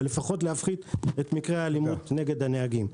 לפחות להפחית את מקרי האלימות נגד הנהגים.